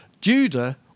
Judah